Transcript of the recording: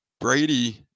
Brady